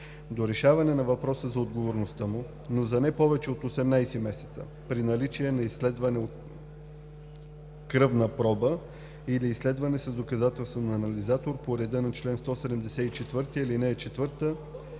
до решаване на въпроса за отговорността му, но за не повече от 18 месеца; при наличие на изследване от кръвна проба или изследване с доказателствен анализатор по реда на чл. 174, ал. 4 установените